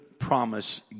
promise